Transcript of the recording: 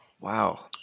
Wow